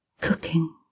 cooking